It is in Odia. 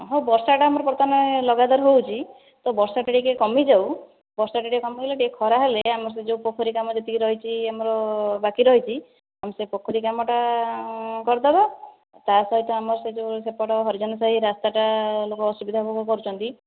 ହଁ ବର୍ଷାଟା ଆମର ବର୍ତ୍ତମାନ ଲଗାତର ହେଉଛି ତ ବର୍ଷାଟା ଟିକେ କମିଯାଉ ବର୍ଷାଟା ଟିକେ କମିଗଲେ ଟିକେ ଖରା ହେଲେ ଆମର ସେ ଯେଉଁ ପୋଖରୀ କାମ ଯେତିକି ରହିଛି ଆମର ବାକି ରହିଛି ଆମେ ସେ ପୋଖରୀ କାମଟା କରିଦବା ତା ସହିତ ଆମର ସେ ଯେଉଁ ସେପଟ ହରିଜନ ସାହି ରାସ୍ତାଟା ଲୋକ ଅସୁବିଧା ଭୋଗ କରୁଛନ୍ତି